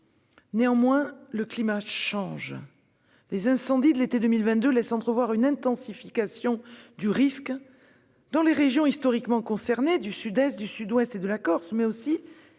quotidien. Le climat change : les incendies de l'été 2022 laissent entrevoir une intensification du risque dans les régions historiquement concernées- le Sud-Est, le Sud-Ouest, la Corse ...-, mais aussi